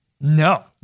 No